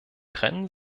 trennen